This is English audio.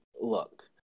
Look